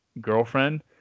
girlfriend